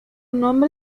nombre